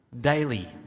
daily